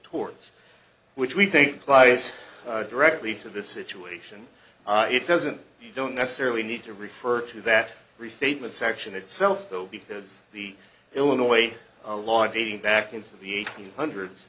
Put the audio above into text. towards which we think lies directly to this situation it doesn't you don't necessarily need to refer to that restatement section itself though because the illinois law dating back into the eighty's hundreds